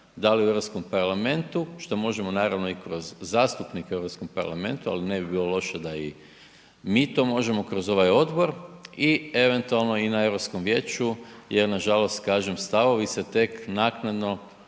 da li u Europskom parlamentu što možemo naravno i kroz zastupnike u Europskom parlamentu ali ne bi bilo loše da i mi to možemo kroz ovaj odbor i eventualno i na Europskom vijeću jer nažalost kažem stavovi se tek naknadno